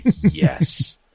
yes